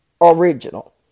original